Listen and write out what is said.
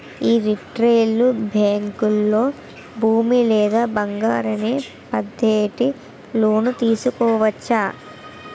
యీ రిటైలు బేంకుల్లో భూమి లేదా బంగారాన్ని పద్దెట్టి లోను తీసుకోవచ్చు